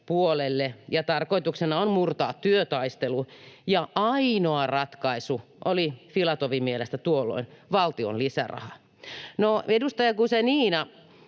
ja tarkoituksena on murtaa työtaistelu, ja ainoa ratkaisu oli Filatovin mielestä tuolloin valtion lisäraha. No, edustaja Guzenina